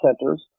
centers